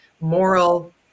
moral